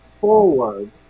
forward